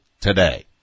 today